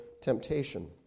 temptation